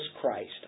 Christ